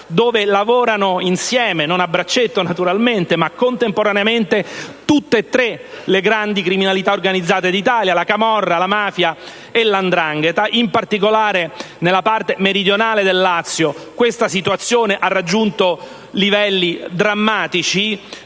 dove lavorano, non a braccetto, naturalmente, ma contemporaneamente tutte e tre le grandi organizzazioni criminali d'Italia: la camorra, la mafia e la 'ndrangheta. In particolare, nella parte meridionale del Lazio, questa situazione ha raggiunto livelli drammatici.